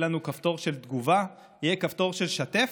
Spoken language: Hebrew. יהיה לנו כפתור של תגובה, יהיה כפתור של "שתף"